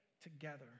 together